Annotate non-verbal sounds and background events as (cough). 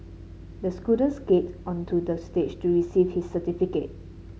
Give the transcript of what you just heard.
the (unintelligible) skated onto the stage to receive his certificate